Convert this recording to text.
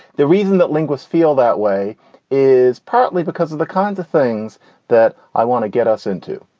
the reason that linguists feel that way is partly because of the kinds of things that i want to get us into.